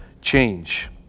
change